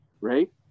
right